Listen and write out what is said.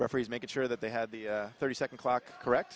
referees make sure that they had the thirty second clock correct